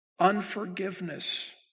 unforgiveness